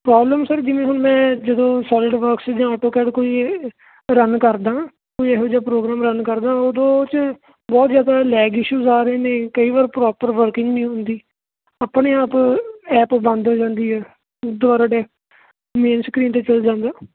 problem sir ਜਿਵੇਂ ਹੁਣ ਮੈਂ ਜਦੋਂ ਸੋਲਡ ਵਰਕਸ ਜਾਂ ਆਟੋਕੈਟ ਕੋਈ ਰਨ ਕਰਦਾਂ ਕੋਈ ਇਹੋ ਜਿਹਾ ਪ੍ਰੋਗਰਾਮ ਰਨ ਕਰਦਾ ਓਦੋਂ ਉਹ 'ਚ ਬਹੁਤ ਜ਼ਿਆਦਾ ਲੈਗ ਇਸ਼ੂਸ ਆ ਰਹੇ ਨੇ ਕਈ ਵਾਰ ਪ੍ਰੋਪਰ ਵਰਕਿੰਗ ਨਹੀਂ ਹੁੰਦੀ ਆਪਣੇ ਆਪ ਐੱਪ ਬੰਦ ਹੋ ਜਾਂਦੀ ਹੈ ਦੁਬਾਰਾ ਡੈਕ ਮੇਨ ਸਕਰੀਨ 'ਤੇ ਚੱਲ ਜਾਂਦਾ